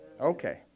Okay